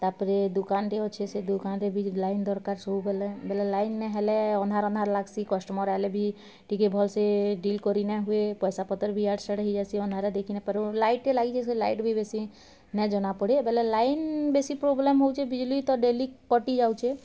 ତାପରେ ଦୁକାନ୍ଟେ ଅଛେ ସେ ଦୁକାନ୍ରେ ବି ଲାଇନ୍ ଦରକାର୍ ସବୁବେଲେ ବେଲେ ଲାଇନ୍ ନାଇଁ ହେଲେ ଅନ୍ଧାର୍ ଅନ୍ଧାର୍ ଲାଗ୍ସି କଷ୍ଟମର୍ ଆଇଲେ ବି ଟିକେ ଭଲ୍ ସେ ଡ଼ିଲ୍ କରି ନାଇଁ ହୁଏ ପଇସା ପତର୍ ଭି ଇଆଡ଼େ ସିଆଡ଼େ ହେଇଯାଇସି ଅନ୍ଧାରେ ଦେଖି ନାଇଁପାରୁ ଲାଇଟ୍ ଟେ ଲାଗିଛେ ସେ ଲାଇଟ୍ ବି ବେଶୀ ନାଇଁ ଜନାପଡ଼େ ବେଲେ ଲାଇନ୍ ବେଶୀ ପ୍ରୋବ୍ଲେମ୍ ହଉଛେ ବିଜଲୀ ତ ଡ଼େଲି କଟିଯାଉଛେ